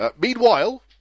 Meanwhile